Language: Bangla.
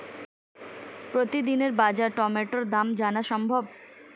প্রতিদিনের বাজার টমেটোর দাম জানা সম্ভব?